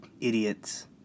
idiots